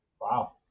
Wow